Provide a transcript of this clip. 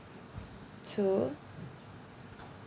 to